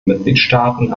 mitgliedstaaten